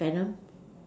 Venom